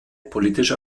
politisch